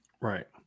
Right